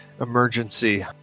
emergency